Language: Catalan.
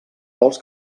vols